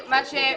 מתבקש,